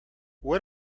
what